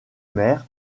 mer